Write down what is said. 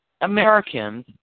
Americans